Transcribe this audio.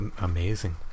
amazing